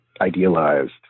idealized